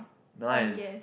nice